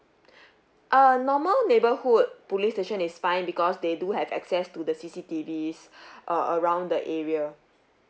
uh normal neighbourhood police station is fine because they do have access to the C_C_T_V uh around the area